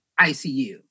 ICU